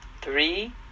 Three